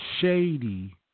shady